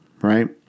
right